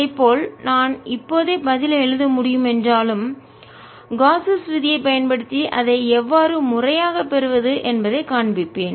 அதேப்போல் நான் இப்போதே பதிலை எழுத முடியும் என்றாலும் காஸ்ஸஸ் விதியை பயன்படுத்தி அதை எவ்வாறு முறையாக பெறுவது என்பதைக் காண்பிப்பேன்